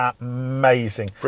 amazing